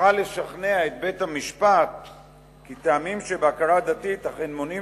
תוכל לשכנע את בית-המשפט כי טעמים שבהכרה דתית אכן מונעים